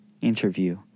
interview